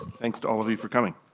thanks to all of you for coming.